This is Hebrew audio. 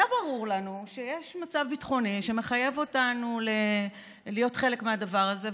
היה ברור לנו שיש מצב ביטחוני שמחייב אותנו להיות חלק מהדבר הזה,